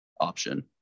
option